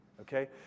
okay